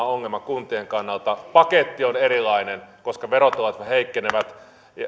ongelma on kuntien kannalta paketti on erilainen koska verotulot heikkenevät